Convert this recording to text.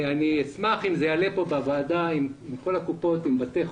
אני אשמח אם זה יעלה כאן בוועדה עם כל הקופות ועם בתי החולים.